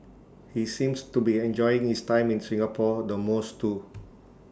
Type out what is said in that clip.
he seems to be enjoying his time in Singapore the most too